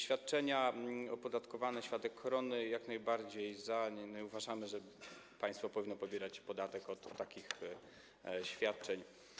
Świadczenia opodatkowane, świadek koronny - jak najbardziej za, niemniej uważamy, że państwo powinno pobierać podatek od takich świadczeń.